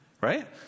Right